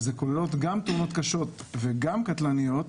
הכוללות גם תאונות קשות וגם קטלניות,